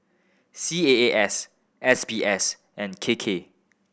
C A A S S B S and K K